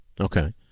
Okay